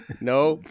No